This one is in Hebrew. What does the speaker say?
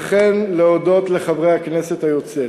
וכן להודות לחברי הכנסת היוצאת.